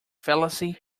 fallacy